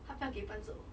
他不要给伴奏